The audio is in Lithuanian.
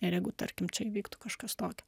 ir jeigu tarkim čia įvyktų kažkas tokio